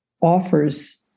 offers